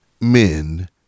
men